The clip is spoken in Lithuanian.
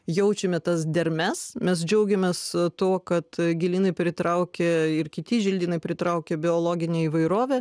jaučiame tas dermes mes džiaugiamės tuo kad gėlynai pritraukia ir kiti želdynai pritraukia biologinę įvairovę